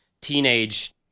teenage